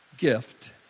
Gift